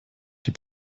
die